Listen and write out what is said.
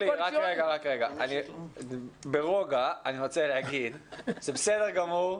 רק רגע, ברוגע אני מציע להגיד, זה בסדר גמור,